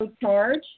charge